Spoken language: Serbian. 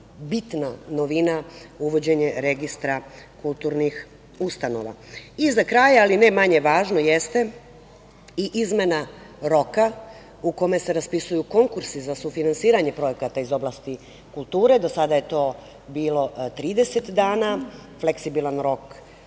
bitna novina uvođenje registra kulturnih ustanova.I za kraj, ali ne manje važno jeste i izmena roka u kome se raspisuju konkursi za sufinansiranje projekata iz oblasti kulture. Do sada je to bilo 30 dana, fleksibilan rok